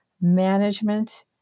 management